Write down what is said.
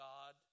God